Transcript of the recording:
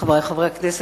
חברי חברי הכנסת,